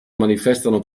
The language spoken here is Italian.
manifestano